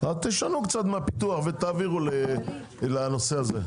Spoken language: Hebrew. אז תשנו קצת מהפיתוח ותעבירו לנושא הזה.